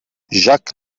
jacques